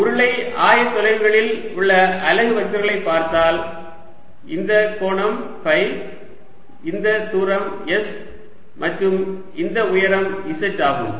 உருளை ஆயத்தொலைவுகளில் உள்ள அலகு வெக்டர்களைப் பார்த்தால் இந்த கோணம் ஃபை இந்த தூரம் s மற்றும் இந்த உயரம் z ஆகும்